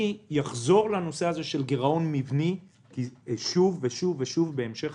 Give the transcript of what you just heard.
אני אחזור לעניין הגירעון המבני שוב ושוב בהמשך